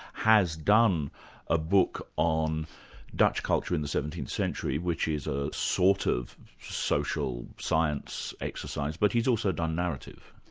has done a book on dutch culture in the seventeenth century, which is a sort of social science exercise, but he's also done narrative.